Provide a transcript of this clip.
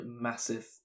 massive